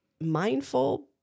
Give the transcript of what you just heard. mindful